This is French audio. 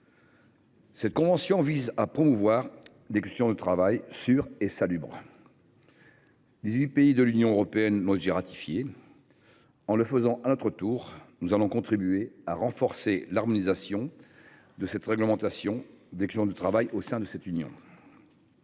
Cette convention vise à promouvoir des conditions de travail sûres et salubres. Dix huit pays de l’Union européenne l’ont déjà ratifiée. En le faisant à notre tour, nous contribuerons à renforcer l’harmonisation de la réglementation des conditions de travail au sein de l’Union